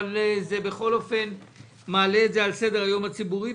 אבל בכל אופן זה מעלה את זה על סדר-היום הציבורי,